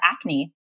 acne